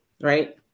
right